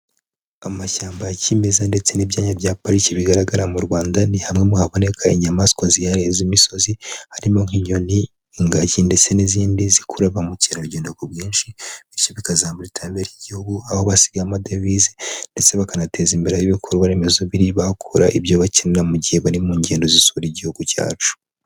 Amashyamba ya kimeza ndetse n'ibyanya bya pariki bigaragara mu Rwanda, ni hamwe haboneka inyamaswa zihariye z'imisozi, harimo nk'inyoni, ingagi ndetse n'izindi zikurura ba mukerarugendo ku bwinshi. Bityo bikazamura iterambere ry'igihugu, aho basiga amadevize. Ndetse bakanateza imbere aho ibikorwaremezo biri, bahakora ibyo bakenera mu gihe bari mu ngendo zisura igihugu cyacu.